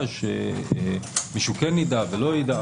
לחשש לגבי היידוע.